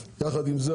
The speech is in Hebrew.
יחד עם זה,